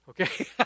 Okay